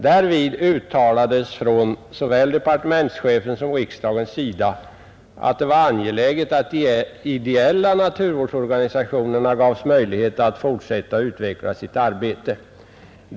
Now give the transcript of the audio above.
Därvid uttalades från såväl departementschefens som riksdagens sida, att det var angeläget att de ideella naturvårdsorganisationerna gavs möjlighet att fortsätta och utveckla sitt arbete.